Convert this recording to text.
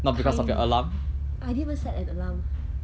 kinda I didn't even set an alarm